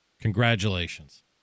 Congratulations